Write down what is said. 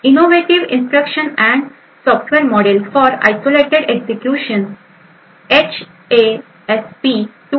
innovative instruction and software model for isolated execution HASP 2015